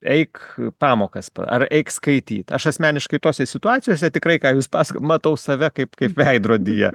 eik pamokas ar eik skaityt aš asmeniškai tose situacijose tikrai ką jūs pasakojat matau save kaip kaip veidrodyje